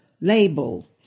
label